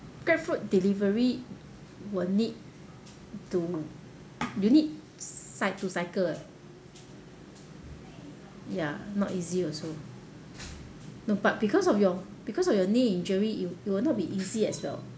grabfood delivery will need to you need cy~ to cycle leh ya not easy also no but because of your because of your knee injury it it will not be easy as well